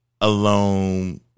alone